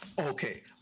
Okay